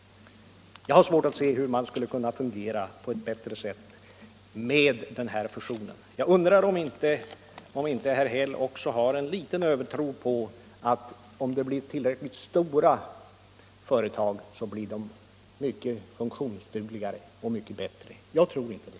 Jag har svårt att se hur det hela skulle kunna fungera på ett bättre sätt med den här fusionen. Jag undrar om herr Häll inte har en viss övertro på att företagen blir mycket funktionsdugligare och mycket bättre om de blir förskräckligt stora. Jag tror inte det.